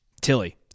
Tilly